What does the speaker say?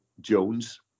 Jones